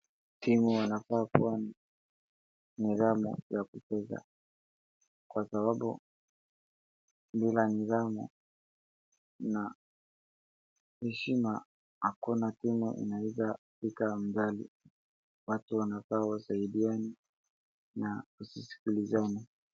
Timu inafa kuwa na nidhamu ya kucheza, kwa sababu bila nidhamu na heshima hakuna timu inaeza fika mbali. Watu wanafaa wasaidiane na kusikilizana.